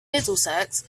middlesex